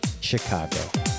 Chicago